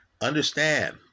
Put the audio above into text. Understand